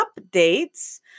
updates